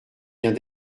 vient